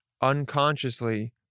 unconsciously